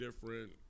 different